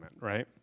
right